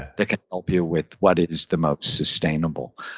they can help you with what is the most sustainable.